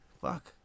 Fuck